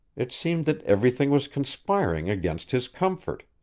it seemed that everything was conspiring against his comfort.